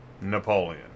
Napoleon